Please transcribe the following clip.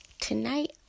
Tonight